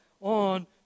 on